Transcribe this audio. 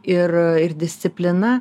ir ir disciplina